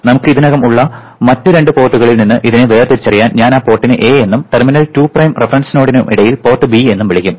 നമുക്ക് ഇതിനകം ഉള്ള മറ്റ് രണ്ട് പോർട്ടുകളിൽ നിന്ന് ഇതിനെ വേർതിരിച്ചറിയാൻ ഞാൻ ആ പോർട്ടിനെ A എന്നും ടെർമിനൽ 2 പ്രൈം റഫറൻസ് നോഡിനും ഇടയിൽ പോർട്ട് ബി എന്നും വിളിക്കും